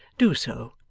do so.